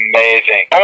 Amazing